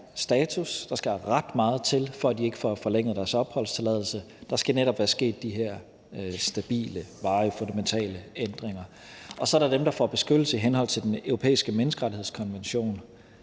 der skal ret meget til, for at de ikke får forlænget deres opholdstilladelse. Der skal netop være sket de her stabile, varige og fundamentale ændringer. Og så er der dem, der får beskyttelse i henhold til Den Europæiske Menneskerettighedskonvention,